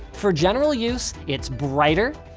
for general use, it's brighter,